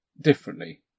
differently